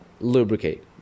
lubricate